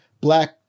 black